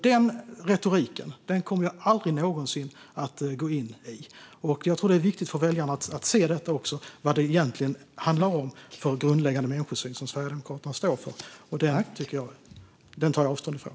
Den retoriken kommer jag aldrig någonsin att gå in i. Jag tror också att det är viktigt för väljarna att se vilken grundläggande människosyn Sverigedemokraterna egentligen står för. Den tar jag avstånd från.